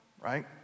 right